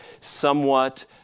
somewhat